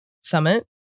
summit